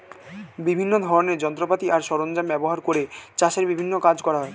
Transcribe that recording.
বিভিন্ন ধরনের যন্ত্রপাতি আর সরঞ্জাম ব্যবহার করে চাষের বিভিন্ন কাজ করা হয়